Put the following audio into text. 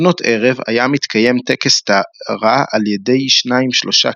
לפנות ערב היה מתקיים טקס טהרה על ידי שניים-שלושה